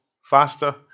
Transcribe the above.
faster